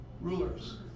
rulers